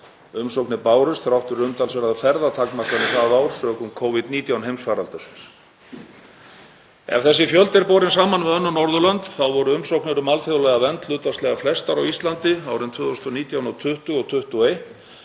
umsóknir bárust þrátt fyrir umtalsverðar ferðatakmarkanir það ár sökum Covid-19 heimsfaraldursins. Ef þessi fjöldi er borinn saman við önnur Norðurlönd þá voru umsóknir um alþjóðlega vernd hlutfallslega flestar á Íslandi árin 2019, 2020